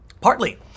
Partly